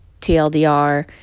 TLDR